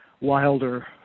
wilder